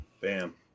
Bam